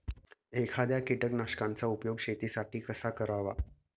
एखाद्या कीटकनाशकांचा उपयोग शेतीसाठी कसा करावा?